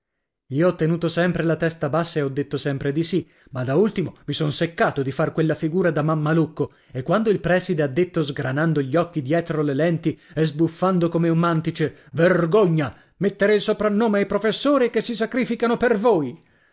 io ho tenuto sempre la testa bassa e ho detto sempre di sì ma da ultimo mi son seccato di far quella figura da mammalucco e quando il prèside ha detto sgranando gli occhi dietro le lenti e sbuffando come un mantice vergogna mettere il soprannome ai professori che si sacrificano per voi